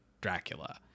Dracula